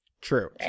True